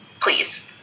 Please